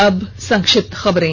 और अब संक्षिप्त खबरें